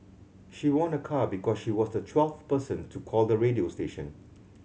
she won a car because she was the twelfth person to call the radio station